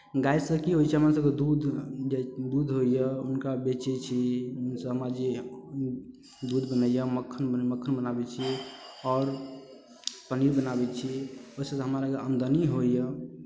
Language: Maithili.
गायसँ की होइ छै हमरसभके दूध जे दूध होइए हुनका बेचै छी एहिसभमे जे दूध बनैए मक्खन बनाबै छी आओर पनीर बनाबै छी ओहिसँ हमरासभकेँ आमदनी होइए